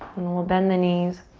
then we'll bend the knees.